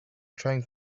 trying